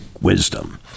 wisdom